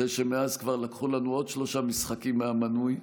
אחרי שמאז כבר לקחו לנו עוד שלושה משחקים מהמנוי,